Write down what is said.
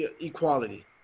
Equality